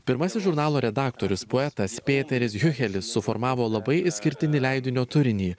pirmasis žurnalo redaktorius poetas pėteris hiuhelis suformavo labai išskirtinį leidinio turinį